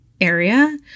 area